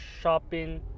shopping